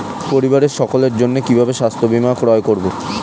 পরিবারের সকলের জন্য স্বাস্থ্য বীমা কিভাবে ক্রয় করব?